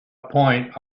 point